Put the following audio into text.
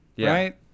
Right